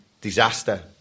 Disaster